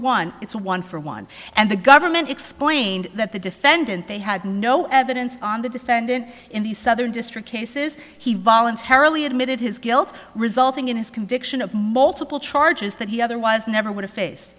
one it's a one for one and the government explained that the defendant they had no evidence on the defendant in the southern district cases he voluntarily admitted his guilt resulting in his conviction of multiple charges that he otherwise never would have face